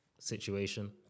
situation